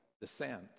descent